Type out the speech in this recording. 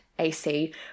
ac